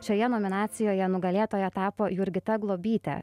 šioje nominacijoje nugalėtoja tapo jurgita globytė